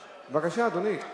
בבקשה, אדוני.